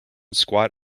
squat